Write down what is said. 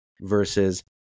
versus